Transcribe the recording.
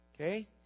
Okay